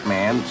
Man